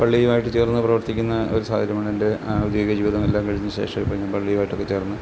പള്ളിയുമായിട്ട് ചേർന്ന് പ്രവർത്തിക്കുന്ന ഒരു സാഹചര്യമാണ് എൻ്റെ ഔദ്യോഗിക ജീവിതമെല്ലാം കഴിഞ്ഞ ശേഷം ഇപ്പം ഞാൻ പള്ളിയുമായിട്ടൊക്കെ ചേർന്ന്